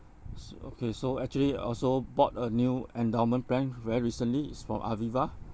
so okay so actually I also bought a new endowment plan very recently is from aviva